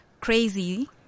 crazy